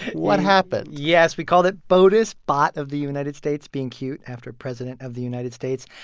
what happened? yes. we call that botus, bot of the united states, being cued after president of the united states.